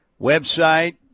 website